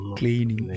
cleaning